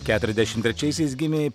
keturiasdešim trečiaisiais gimė